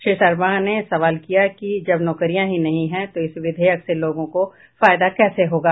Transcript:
श्री शर्मा ने सवाल किया कि जब नौकरियां ही नहीं हैं तो इस विधेयक से लोगों को फायदा कैसे होगा